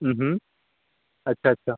हा हा अच्छा अच्छा